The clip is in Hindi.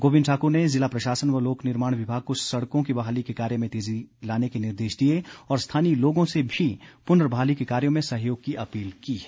गोबिंद ठाकुर ने जिला प्रशासन व लोक निर्माण विभाग को सड़कों की बहाली के कार्य में तेजी लाने के निर्देश दिए और स्थानीय लोगों से भी पुर्नबहाली के कार्यों में सहयोग की अपील की है